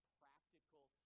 practical